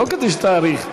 לא כדי שתאריך.